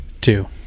Two